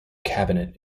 cabinet